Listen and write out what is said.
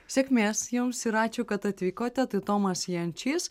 sėkmės jums ir ačiū kad atvykote tai tomas jančys